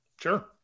Sure